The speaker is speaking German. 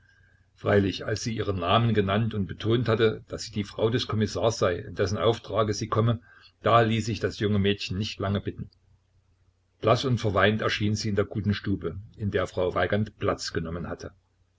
freilich als sie ihren namen genannt und betont hatte daß sie die frau des kommissars sei in dessen auftrage sie komme da ließ sich das junge mädchen nicht lange bitten blaß und verweint erschien sie in der guten stube in der frau weigand platz genommen hatte